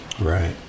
Right